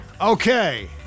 Okay